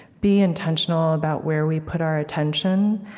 be intentional about where we put our attention.